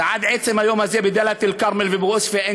ועד עצם היום הזה בדאלית-אלכרמל ובעוספיא אין